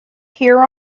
hear